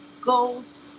goals